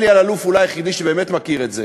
אלי אלאלוף הוא אולי היחידי שבאמת מכיר את זה.